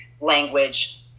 language